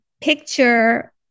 picture